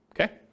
Okay